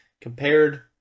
compared